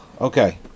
okay